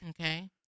Okay